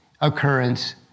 occurrence